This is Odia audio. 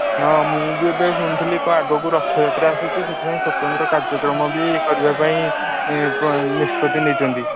ହଁ ମୁଁ ବି ଏବେ ଶୁଣିଥିଲି କ'ଣ ଆଗକୁ ରଥଯାତ୍ରା ଆସୁଛି ସେଥିପାଇଁ ସ୍ୱତନ୍ତ୍ର କାର୍ଯ୍ୟକ୍ରମ ବି କରିବା ପାଇଁ ନିଷ୍ପତି ନେଇଛନ୍ତି